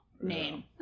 name